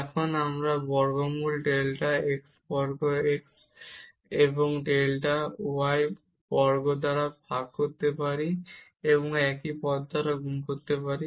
এখন আমরা delta x বর্গ প্লাস ডেল্টা y বর্গের বর্গমূল কে আমরা ভাগ করতে পারি এবং একই পদ দ্বারা গুণ করতে পারি